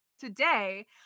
today